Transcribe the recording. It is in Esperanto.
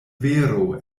vero